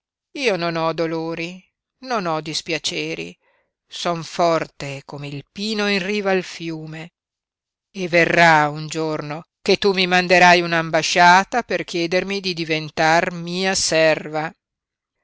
io non ho dolori non ho dispiaceri son forte come il pino in riva al fiume e verrà un giorno che tu mi manderai un'ambasciata per chiedermi di diventar